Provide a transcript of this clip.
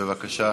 בבקשה.